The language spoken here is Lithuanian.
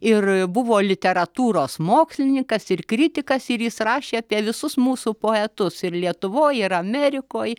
ir buvo literatūros mokslininkas ir kritikas ir jis rašė apie visus mūsų poetus ir lietuvoj ir amerikoj